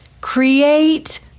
create